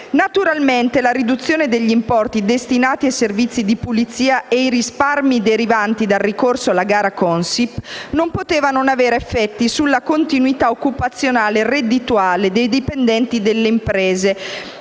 Naturalmente la riduzione degli importi destinati ai servizi di pulizia e i risparmi derivanti dal ricorso alla gara Consip non poteva non avere effetti sulla continuità occupazionale e reddituale dei dipendenti delle imprese,